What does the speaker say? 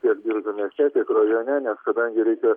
tiek biržų mieste tiek rajone nes kadangi reikia